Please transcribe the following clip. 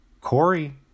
Corey